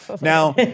Now